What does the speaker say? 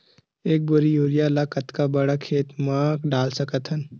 एक बोरी यूरिया ल कतका बड़ा खेत म डाल सकत हन?